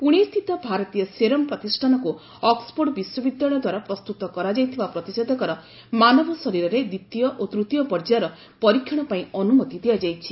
ପୁଣେ ସ୍ଥିତ ଭାରତୀୟ ସେରମ୍ ପ୍ରତିଷାନକୁ ଅକ୍ୱଫୋର୍ଡ ବିଶ୍ୱବିଦ୍ୟାଳୟ ଦ୍ୱାରା ପ୍ରସ୍ତୁତ କରାଯାଇଥିବା ପ୍ରତିଷେଧକର ମାନବ ଶରୀରରେ ଦ୍ୱିତୀୟ ଓ ତ୍ତୀୟ ପର୍ଯ୍ୟାୟର ପରୀକ୍ଷଣ ପାଇଁ ଅନୁମତି ଦିଆଯାଇଛି